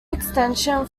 extension